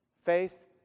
faith